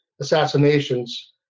assassinations